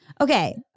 Okay